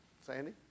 Sandy